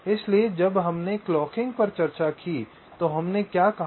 इसलिए जब हमने क्लॉकिंग पर चर्चा की तो हमने क्या चर्चा की